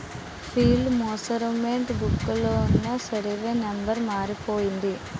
field measurement book లోన survey number మారిపోయింది